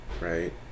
right